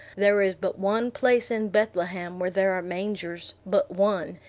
there is but one place in bethlehem where there are mangers but one,